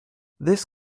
this